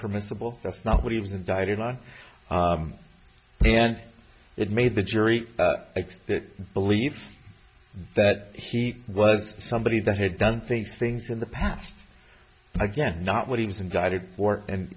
permissable that's not what he was indicted on and it made the jury believe that he was somebody that had done things things in the past i guess not what he was indicted for and